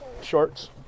Shorts